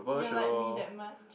do you like me that much